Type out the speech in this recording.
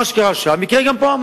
אמרתי שמה שקרה שם יקרה גם פה.